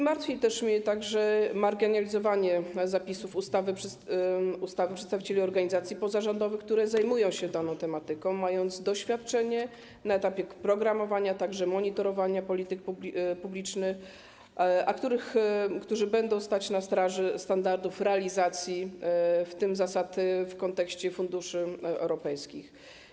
Martwi mnie także marginalizowanie w zapisach ustawy przedstawicieli organizacji pozarządowych, które zajmują się daną tematyką, mają doświadczenie na etapie programowania, a także monitorowania polityk publicznych, które będą stać na straży standardów realizacji, w tym zasad, w kontekście funduszy europejskich.